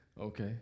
Okay